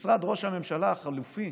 משרד ראש הממשלה החלופי